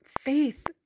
faith